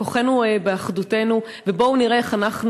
כוחנו באחדותנו, ובואו נראה איך אנחנו